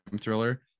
thriller